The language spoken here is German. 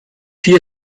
vier